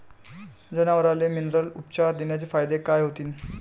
जनावराले मिनरल उपचार देण्याचे फायदे काय होतीन?